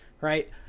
right